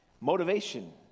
Motivation